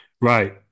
Right